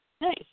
Nice